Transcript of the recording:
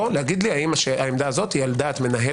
או לומר לי האם העמדה הזו היא על דעת מנהל